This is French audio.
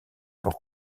pour